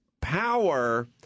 Power